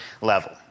level